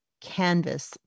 canvas